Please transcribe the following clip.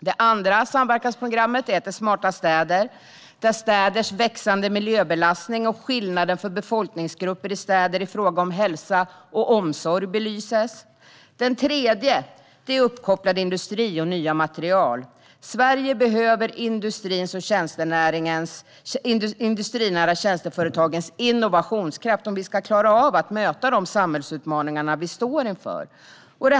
Det andra samverkansprogrammet handlar om smarta städer. Här belyses städers växande miljöbelastning och skillnader för befolkningsgrupper i städer i fråga om hälsa och omsorg. Det tredje handlar om uppkopplad industri och nya material. Sverige behöver industrins och de industrinära tjänsteföretagens innovationskraft för att möta de samhällsutmaningar vi står inför.